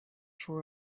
for